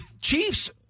Chiefs